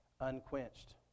unquenched